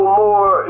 more